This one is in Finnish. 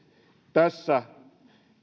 tässä